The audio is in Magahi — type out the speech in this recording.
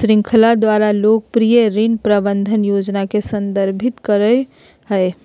श्रृंखला द्वारा लोकप्रिय ऋण प्रबंधन योजना के संदर्भित करय हइ